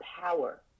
power